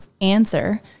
answer